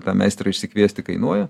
tą meistrą išsikviesti kainuoja